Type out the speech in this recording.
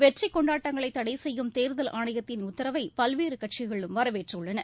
வெற்றிகொண்டாட்டங்களைதடைசெய்யும் தேர்தல் ஆணையத்தின் உத்தரவைபல்வேறுகட்சிகளும் வரவேற்றுள்ளன